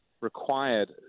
required